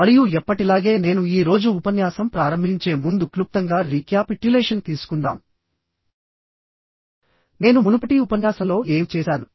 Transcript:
మరియు ఎప్పటిలాగే నేను ఈ రోజు ఉపన్యాసం ప్రారంభించే ముందు క్లుప్తంగా రీక్యాపిట్యులేషన్ తీసుకుందాం నేను మునుపటి ఉపన్యాసంలో ఏమి చేశాను